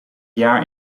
jaar